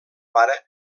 pare